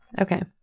Okay